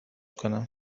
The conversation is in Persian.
کنم